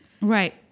Right